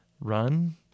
Run